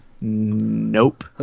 Nope